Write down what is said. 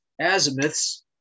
Azimuths